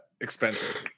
expensive